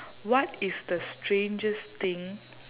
what is the strangest thing